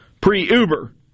pre-Uber